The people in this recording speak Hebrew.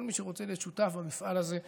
כל מי שרוצה להיות שותף במפעל הזה מוזמן,